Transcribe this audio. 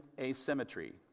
asymmetry